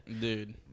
Dude